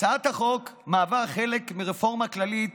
הצעת החוק מהווה חלק מרפורמה כללית